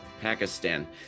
Pakistan